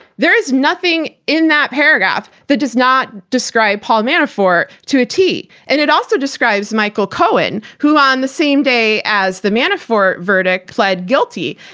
there is nothing in that paragraph that does not describe paul manafort to a t. and it also describes michael cohen, who on the same day as the manafort verdict, pled guilty.